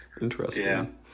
Interesting